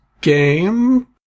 game